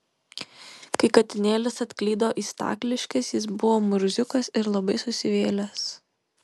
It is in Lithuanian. kai katinėlis atklydo į stakliškes jis buvo murziukas ir labai susivėlęs